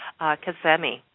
Kazemi